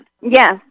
Yes